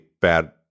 bad